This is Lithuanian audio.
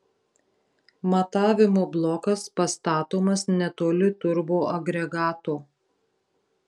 matavimo blokas pastatomas netoli turboagregato